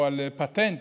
או לפטנט,